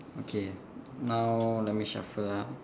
okay now let me shuffle ah